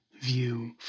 view